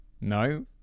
no